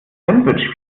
sandwich